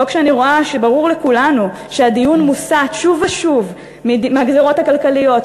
לא כשאני רואה שברור לכולנו שהדיון מוסט שוב ושוב מהגזירות הכלכליות,